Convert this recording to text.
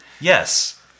Yes